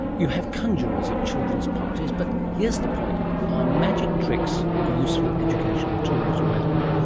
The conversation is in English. you have conjurers at children's parties, but here's the point are magic tricks a useful educational tool as well?